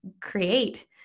create